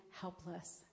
helpless